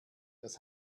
das